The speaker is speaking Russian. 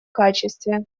качестве